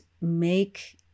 make